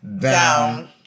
down